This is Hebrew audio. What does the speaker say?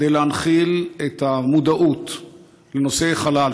כדי להנחיל את המודעות לנושא החלל,